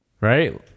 right